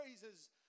praises